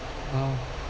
!wow!